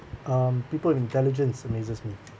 um people intelligence amazes me